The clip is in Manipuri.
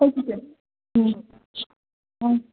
ꯍꯣꯏ ꯆꯦꯆꯦ ꯎꯝ ꯎꯝ